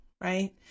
right